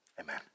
amen